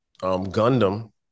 Gundam